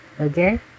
okay